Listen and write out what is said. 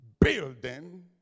building